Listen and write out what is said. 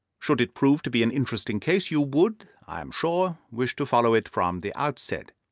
should it prove to be an interesting case, you would, i am sure, wish to follow it from the outset.